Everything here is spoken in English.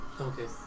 Okay